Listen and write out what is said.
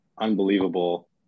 unbelievable